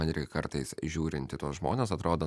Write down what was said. man irgi kartais žiūrint į tuos žmones atrodo